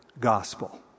gospel